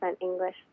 English